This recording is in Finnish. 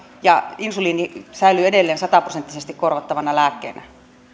ja insuliini säilyy edelleen sataprosenttisesti korvattavana lääkkeenä